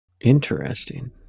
Interesting